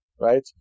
right